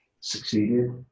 Succeeded